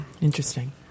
Interesting